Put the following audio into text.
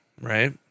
right